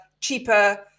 cheaper